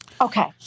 Okay